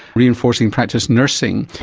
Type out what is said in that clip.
reinforcing practice nursing.